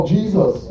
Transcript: Jesus